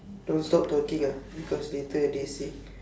don't stop talking ah because later they say